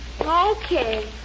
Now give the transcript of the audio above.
Okay